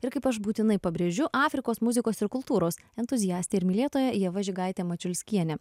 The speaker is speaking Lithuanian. ir kaip aš būtinai pabrėžiu afrikos muzikos ir kultūros entuziastė ir mylėtoja ieva žigaitė mačiulskienė